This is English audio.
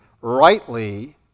rightly